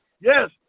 yes